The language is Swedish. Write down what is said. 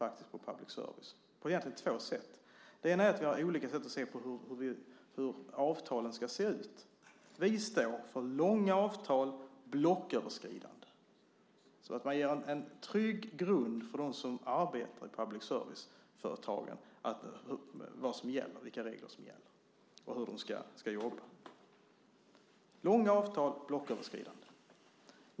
Det handlar egentligen om två sätt. Dels har vi olika sätt att se på hur avtalen ska se ut. Vi står för långa avtal, blocköverskridande, så att man ger en trygg grund för dem som arbetar i public service-företagen när det gäller vilka regler som gäller och hur de ska jobba. Långa avtal som är blocköverskridande handlar det alltså om.